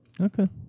Okay